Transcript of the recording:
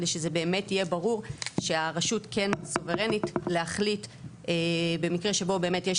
כדי שזה באמת יהיה ברור שהרשות כן סוברנית להחליט במקרה שבו באמת יש